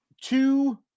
two